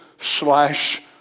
slash